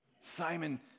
Simon